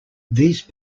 these